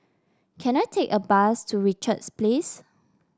can I take a bus to Richards Place